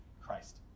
Christ